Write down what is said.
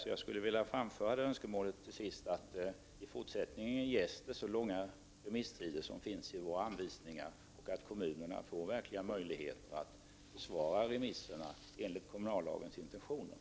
Till sist skulle jag vilja framföra önskemålet att det i fortsättningen ges så långa remisstider som det står i våra anvisningar och att kommunerna får verkliga möjligheter att besvara remisserna enligt kommunallagens intentioner.